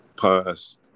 past